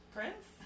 Prince